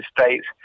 States